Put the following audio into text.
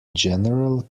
general